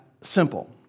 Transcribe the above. simple